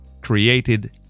created